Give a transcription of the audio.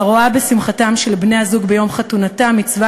הרואה בשמחתם של בני-הזוג ביום חתונתם מצווה